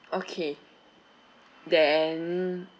okay then